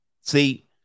See